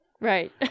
right